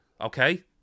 okay